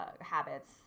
habits